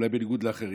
אולי בניגוד לאחרים,